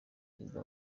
perezida